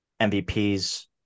MVPs